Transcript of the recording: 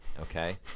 okay